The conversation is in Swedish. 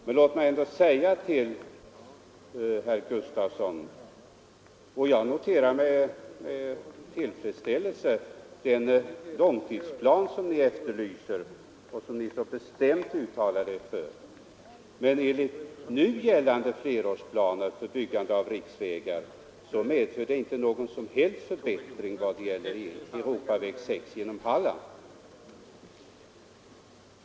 Jag noterar med tillfredsställelse, herr Gustafson i Göteborg, den långtidsplan som utskottet efterlyser och bestämt uttalar sig för. Men nu gällande flerårsplan för byggande av riksvägar innebär inte någon som helst förbättring vad gäller E 6 genom Halland.